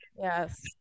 yes